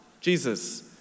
Jesus